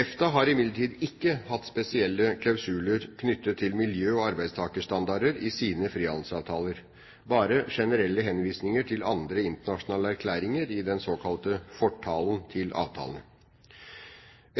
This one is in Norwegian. EFTA har imidlertid ikke hatt spesielle klausuler knyttet til miljø- og arbeidstakerstandarder i sine frihandelsavtaler, bare generelle henvisninger til andre internasjonale erklæringer i den såkalte fortalen til avtalene.